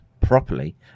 properly